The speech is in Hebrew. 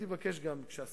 אדוני